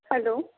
hello